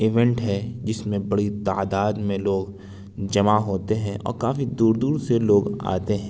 event ہے جس میں بڑی تعداد میں لوگ جمع ہوتے ہیں اور کافی دور دور سے لوگ آتے ہیں